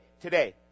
today